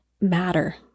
matter